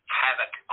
havoc